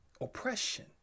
oppression